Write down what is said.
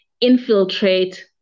infiltrate